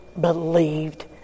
believed